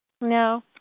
No